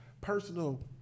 personal